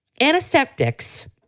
antiseptics